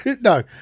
no